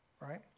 right